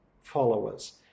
followers